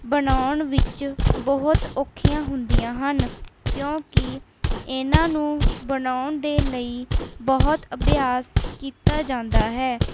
ਬਣਾਉਣ ਵਿੱਚ ਬਹੁਤ ਔਖੀਆਂ ਹੁੰਦੀਆਂ ਹਨ ਕਿਉਂਕਿ ਇਹਨਾਂ ਨੂੰ ਬਣਾਉਣ ਦੇ ਲਈ ਬਹੁਤ ਅਭਿਆਸ ਕੀਤਾ ਜਾਂਦਾ ਹੈ